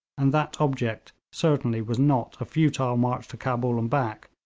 and that object certainly was not a futile march to cabul and back,